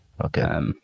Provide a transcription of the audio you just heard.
Okay